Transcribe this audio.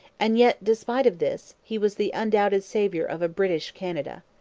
and yet, despite of this, he was the undoubted saviour of a british canada.